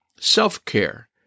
self-care